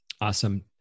Awesome